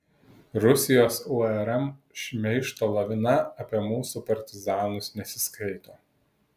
rusijos urm šmeižto lavina apie mūsų partizanus nesiskaito